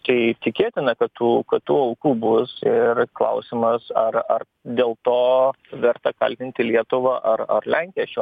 tai tikėtina kad tų kad tų aukų bus ir klausimas ar ar dėl to verta kaltinti lietuvą ar ar lenkiją šiuo